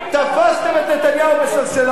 תפסתם את נתניהו בשלשלאות,